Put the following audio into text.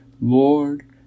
Lord